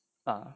ah